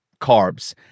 carbs